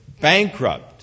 bankrupt